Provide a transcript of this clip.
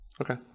Okay